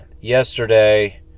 yesterday